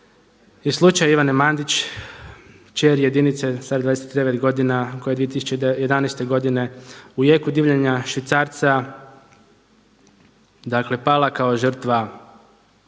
je slučaj Ivane Mandić, kćeri jedinice stare 29 godina koja je 2011. godine u jeku divljanja švicarca dakle pala kako žrtva,